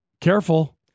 Careful